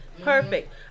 Perfect